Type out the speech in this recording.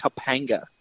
Topanga